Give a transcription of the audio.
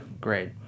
great